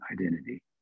identity